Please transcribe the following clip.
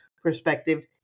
perspective